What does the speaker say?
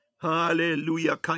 hallelujah